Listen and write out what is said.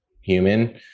human